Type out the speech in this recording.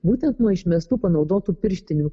būtent nuo išmestų panaudotų pirštinių